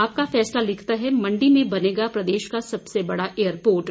आपका फैसला लिखत है मंडी में बनेगा प्रदेश का सबसे बड़ा एयरपोर्ट